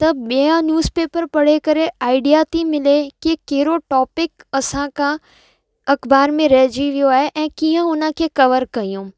त ॿियां न्यूज़पेपर पढ़े करे आइडिया थी मिले की कहिड़ो टॉपिक असांखां अख़बार में रहिजी वियो आहे ऐं कीअं उन खे कवर कयूं